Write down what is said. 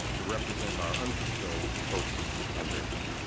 to represent our unfulfilled hopes and dreams.